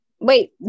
Wait